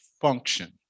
function